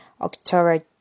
October